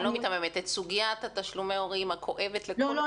את סוגיית תשלומי ההורים הכואבת לכל אחד מאתנו --- לא,